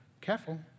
Careful